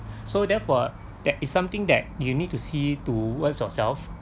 so therefore there is something that you need to see towards yourself